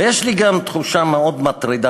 ויש לי גם תחושה מאוד מטרידה,